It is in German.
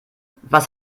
was